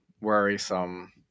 worrisome